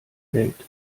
welt